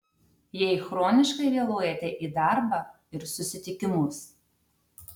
jei chroniškai vėluojate į darbą ir susitikimus